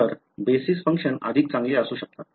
तर basis functions अधिक चांगले असू शकतात